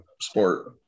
sport